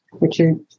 Richard